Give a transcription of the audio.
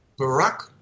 Barack